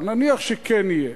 אבל נניח שכן יהיה,